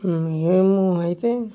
మేము అయితే